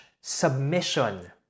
submission